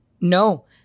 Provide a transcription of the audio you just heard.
No